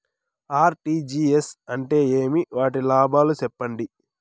RTGS అంటే ఏమి? వాటి లాభాలు సెప్పండి?